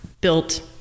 built